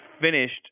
finished